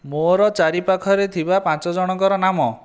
ମୋର ଚାରିପାଖରେ ଥିବା ପାଞ୍ଚ ଜଣଙ୍କର ନାମ